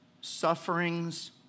sufferings